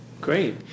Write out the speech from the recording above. Great